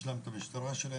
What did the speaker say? יש להם את המשטרה שלהם,